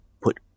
put